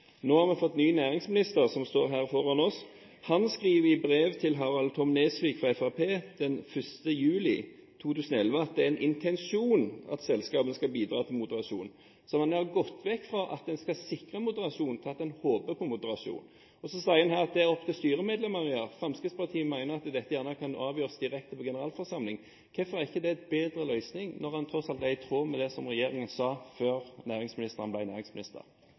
Nå har vi fått ny næringsminister, som står her foran oss. Han skriver i brev til Harald T. Nesvik fra Fremskrittspartiet 1. juli 2011 at det er en intensjon at selskapene skal bidra til moderasjon. Så man har gått fra å si at en skal sikre moderasjon til å si at en håper på moderasjon. Så sier en her at det er opp til styremedlemmene å avgjøre. Fremskrittspartiet mener at dette kan avgjøres direkte på generalforsamling. Hvorfor er ikke det en bedre løsning når den tross alt er i tråd med det som regjeringen sa før Giske ble næringsminister?